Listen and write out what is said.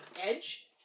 edge